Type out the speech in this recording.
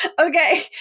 Okay